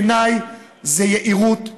בעיניי זו יהירות.